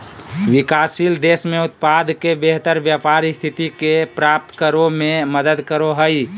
विकासशील देश में उत्पाद के बेहतर व्यापार स्थिति के प्राप्त करो में मदद करो हइ